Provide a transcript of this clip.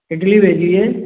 खिचड़ी भेजिए